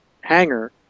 hangar